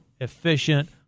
efficient